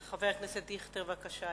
חבר הכנסת אברהם דיכטר, בבקשה.